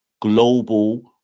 global